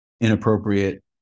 inappropriate